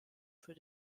für